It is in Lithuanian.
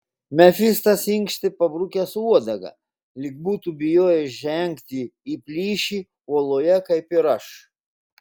mefistas inkštė pabrukęs uodegą lyg būtų bijojęs žengti į plyšį uoloje kaip ir aš